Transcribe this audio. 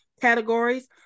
categories